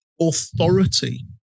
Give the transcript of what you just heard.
authority